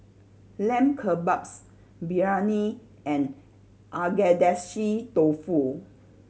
Lamb Kebabs Biryani and Agedashi Dofu